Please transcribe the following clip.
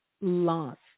lost